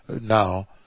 Now